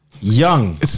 Young